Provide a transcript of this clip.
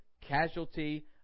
casualty